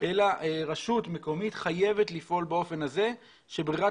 אלא רשות מקומית חייבת לפעול באופן הזה כשברירת